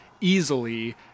easily